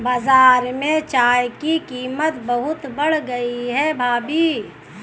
बाजार में चाय की कीमत बहुत बढ़ गई है भाभी